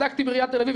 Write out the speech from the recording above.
בדקתי בעיריית תל אביב,